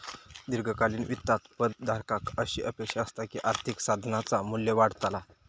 दीर्घकालीन वित्तात पद धारकाक अशी अपेक्षा असता की आर्थिक साधनाचा मू्ल्य वाढतला